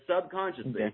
subconsciously